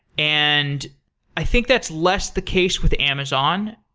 and i think that's less the case with amazon.